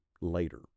later